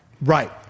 right